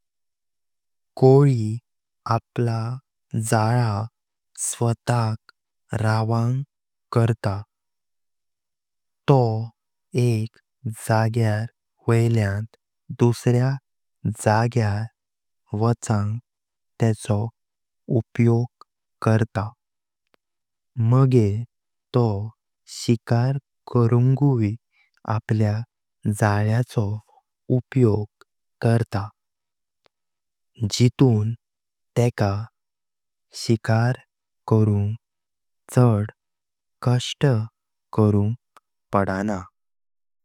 कोळी आपला जाळा स्वातक रवांग करतात, तो एक जाग्यार वैल्यान दुसऱ्या जाग्यार वाचांग तेंचो उपयोग करतात, मग तो शिकार करूंगुय आपल्या जाळेचो उपयोग करतात जिटून तेका शिकार करूंग चड कष्ट करूं पडना।